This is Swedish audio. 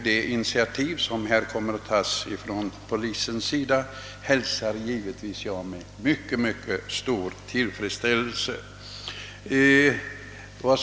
De initiativ som här kommer att tas från polisens sida hälsar jag givetvis med mycket stor tillfredsställelse.